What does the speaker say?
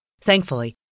Thankfully